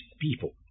people